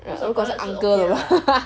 如果是 uncle 的 lah